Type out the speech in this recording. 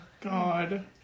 God